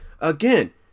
Again